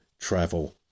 travel